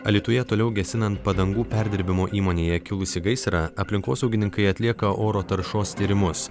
alytuje toliau gesinant padangų perdirbimo įmonėje kilusį gaisrą aplinkosaugininkai atlieka oro taršos tyrimus